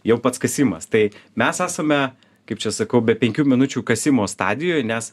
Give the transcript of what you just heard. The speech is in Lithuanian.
jau pats kasimas tai mes esame kaip čia sakau be penkių minučių kasimo stadijoj nes